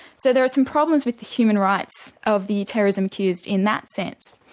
so there were some problems with the human rights of the terrorism accused in that sense.